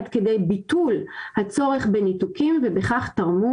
עד כדי ביטול הצורך בניתוקים ובכך תרמו